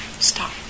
Stop